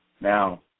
Now